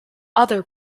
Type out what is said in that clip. other